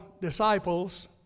disciples